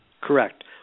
Correct